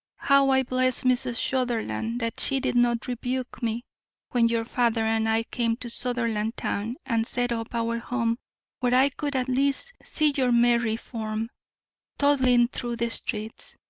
how i bless mrs. sutherland that she did not rebuke me when your father and i came to sutherlandtown and set up our home where i could at least see your merry form toddling through the streets,